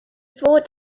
four